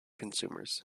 consumers